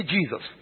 Jesus